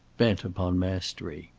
bent upon mastery.